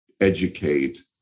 educate